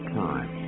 time